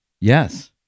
Yes